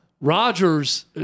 Rodgers